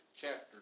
chapter